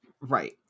right